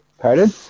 Pardon